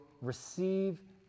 receive